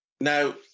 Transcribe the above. Now